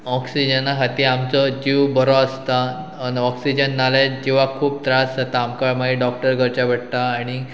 ऑक्सिजना खातीर आमचो जीव बरो आसता ऑक्सिजन नाल्यार जिवाक खूब त्रास जाता आमकां मागीर डॉक्टर करचे पडटा आनी